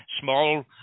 small